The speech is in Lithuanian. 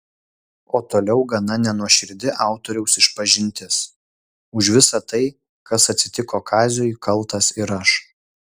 o toliau gana nenuoširdi autoriaus išpažintis už visa tai kas atsitiko kaziui kaltas ir aš